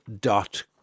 dot